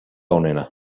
onena